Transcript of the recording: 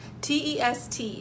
TEST